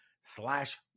slash